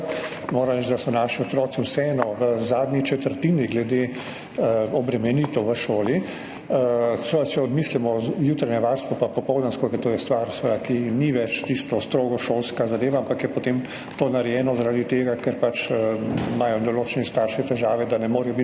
reči, da so naši otroci vseeno v zadnji četrtini glede obremenitev v šoli, če seveda odmislimo jutranje in popoldansko varstvo, ker to je stvar, ki ni več strogo šolska zadeva, ampak je potem to narejeno zaradi tega, ker pač imajo določeni starši težave, da ne morejo biti